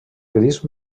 gris